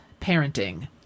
parenting